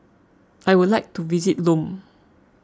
I would like to visit Lome